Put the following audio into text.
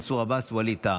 מנסור עבאס ווליד טאהא,